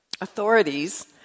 Authorities